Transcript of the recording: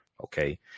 Okay